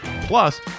Plus